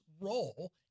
role